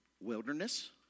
Wilderness